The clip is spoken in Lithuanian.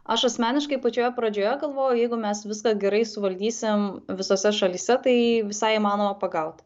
aš asmeniškai pačioje pradžioje galvojau jeigu mes viską gerai suvaldysim visose šalyse tai visai įmanoma pagaut